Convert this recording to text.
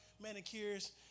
manicures